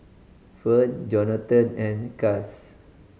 Fern Jonathan and Chas